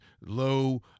low